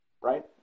right